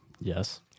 Yes